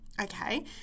Okay